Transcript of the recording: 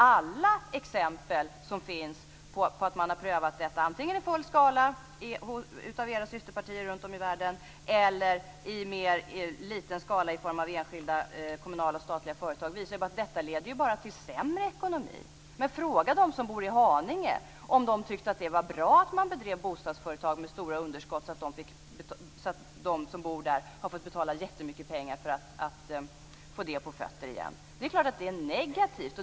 Alla exempel som finns - det har prövats antingen i full skala av era systerpartier runtom i världen eller i liten skala i form av enskilda kommunala och statliga företag - visar att detta bara leder till sämre ekonomi. Fråga dem som bor i Haninge om de tyckte att det var bra att man bedrev bostadsföretag med stora underskott, så att de som bor där har fått betala jättemycket pengar för att få det på fötter igen. Det är klart att det är negativt.